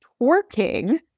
twerking